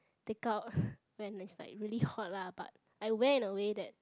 take out when it's like really hot lah but I wear in a way that